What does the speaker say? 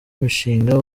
imishinga